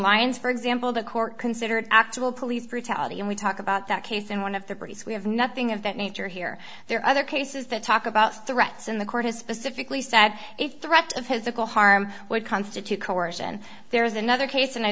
lines for example the court considered actual police brutality and we talk about that case in one of the pretty sweet have nothing of that nature here there are other cases that talk about threats in the court has specifically said if threats of his ickle harm would constitute coercion there is another case and i